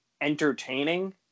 entertaining